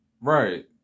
Right